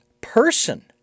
person